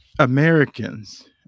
Americans